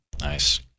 Nice